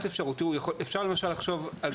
אפשר גם לחשוב על